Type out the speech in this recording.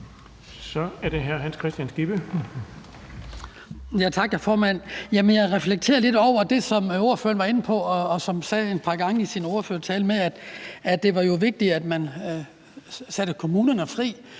(DD): Tak, hr. formand. Jeg reflekterer lidt over det, som ordføreren var inde på og sagde et par gange i sin ordførertale, med, at det jo var vigtigt, at man satte kommunerne fri.